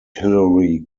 hillary